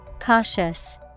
Cautious